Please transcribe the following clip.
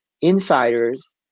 insiders